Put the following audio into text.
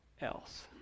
else